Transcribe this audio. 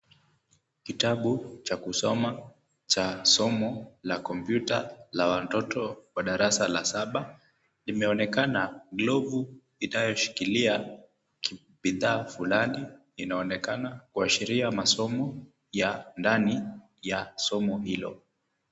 Kitabu cha kusoma cha somo la kompyuta la watoto wa darasa la saba, limeonekana glovu inayo shikilia bidhaa fulani inonekana, kuashiria masomo ya ndani ya somo hilo.